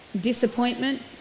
disappointment